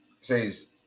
says